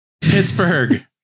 Pittsburgh